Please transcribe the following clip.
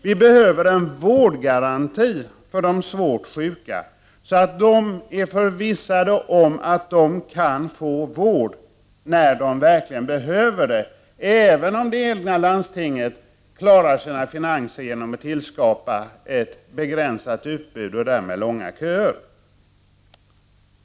Vi behöver en vårdgaranti för de svårt sjuka, så att de är förvissade om att de kan få vård när de verkligen behöver det, även om det egna landstinget klarar sina finanser genom att tillskapa ett begränsat utbud och därmed långa köer.